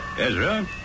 Ezra